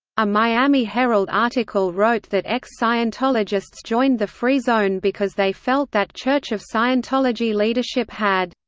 a miami herald article wrote that ex-scientologists joined the free zone because they felt that church of scientology leadership had.